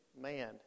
man